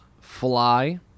fly